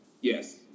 Yes